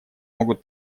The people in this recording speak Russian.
могут